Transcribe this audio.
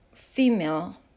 female